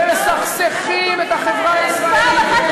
ומסכסכים את החברה הישראלית.